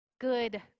good